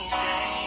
say